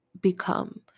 become